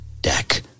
deck